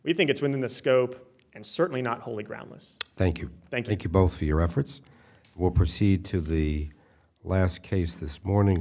we think it's within the scope and certainly not wholly groundless thank you thank you both for your efforts will proceed to the last case this morning